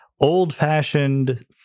old-fashioned